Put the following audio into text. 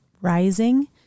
rising